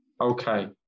Okay